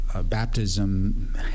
Baptism